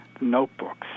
notebooks